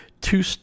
two